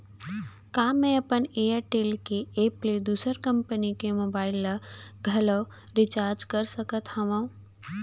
का मैं अपन एयरटेल के एप ले दूसर कंपनी के मोबाइल ला घलव रिचार्ज कर सकत हव?